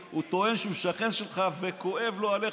שהוא טוען שהוא שכן שלך וכואב לו עליך.